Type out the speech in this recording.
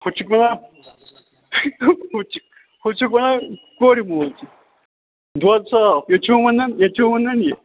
ہُتہِ چھُکھ وَنان ہُہ تہِ چھُکھ ہُہ تہِ چھُکھ وَنان کورِ مول دۄد صاف ییٚتہِ چھُو وَنان ییٚتہِ چھُ وَنان یہِ